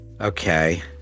Okay